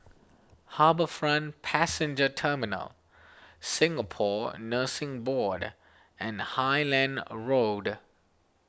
HarbourFront Passenger Terminal Singapore Nursing Board and Highland Road